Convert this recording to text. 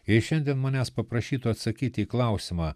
jei šiandien manęs paprašytų atsakyti į klausimą